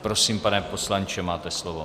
Prosím, pane poslanče, máte slovo.